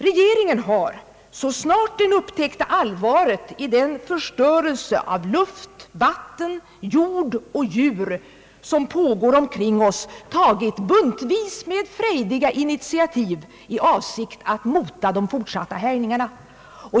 Regeringen har så snart den upptäckt allvaret i den förstörelse av luft, vatten, jord och djur som pågår omkring oss tagit buntvis med frejdiga initiativ i avsikt att mota de fortsatta härjningarna.